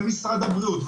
ואת משרד הבריאות,